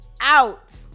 out